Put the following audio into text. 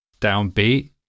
downbeat